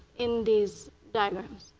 in these diagrams.